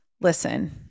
listen